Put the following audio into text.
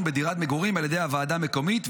בדירת מגורים על ידי הוועדה המקומית,